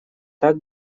так